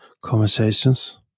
conversations